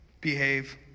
behave